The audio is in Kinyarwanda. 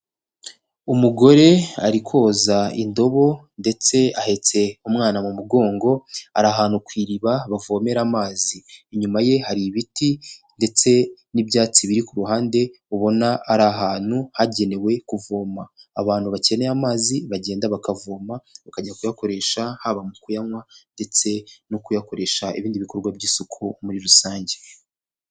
Umugore ari koza indobo ndetse ahetse umwana mu mugongo, ari ahantu ku iriba bavomera amazi. Inyuma ye hari ibiti ndetse n'ibyatsi biri ku ruhande, ubona ari ahantu hagenewe kuvoma. Abantu bakeneye amazi bagenda bakavoma bakajya kuyakoresha, haba mu kuyanywa ndetse no kuyakoresha ibindi bikorwa by'isuku muri rusange.